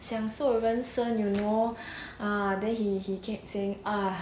享受人生 you know ah then he he kept saying ah